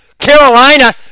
Carolina